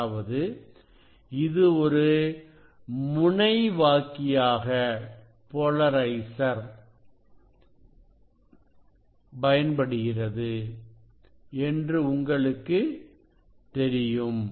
அதாவது இது ஒரு முனைவாக்கியாக பயன்படுத்தப்படுகிறது என்று உங்களுக்கு தெரியும்